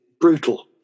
brutal